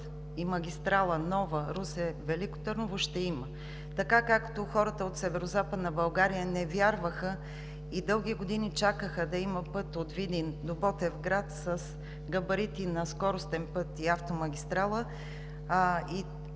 магистрала Русе – Велико Търново ще има. Както хората от Северозападна България не вярваха и дълги години чакаха да има път от Видин до Ботевград с габарити на скоростен път и автомагистрала и